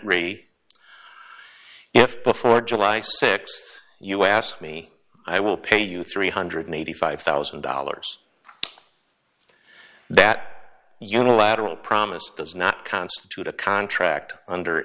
ray if before july th you asked me i will pay you three hundred and eighty five thousand dollars that unilateral promise does not constitute a contract under